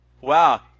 wow